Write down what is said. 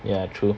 ya true